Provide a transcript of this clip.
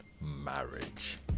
marriage